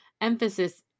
emphasis